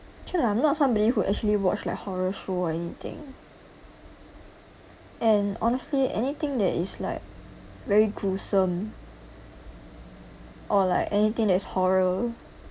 okay lah I'm not somebody who actually watch like horror show or anything and honestly anything that is like very gruesome or like anything that is horror